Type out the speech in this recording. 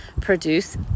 produce